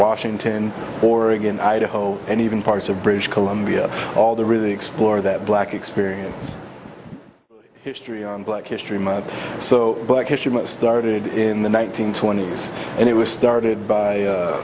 washington oregon idaho and even parts of british columbia all the really explore that black experience history on black history month so black history month started in the one nine hundred twenty s and it was started by